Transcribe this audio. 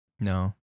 No